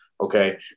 Okay